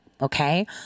Okay